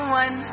one